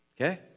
Okay